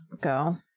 go